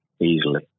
easily